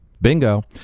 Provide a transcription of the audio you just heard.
Bingo